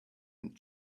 and